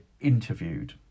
interviewed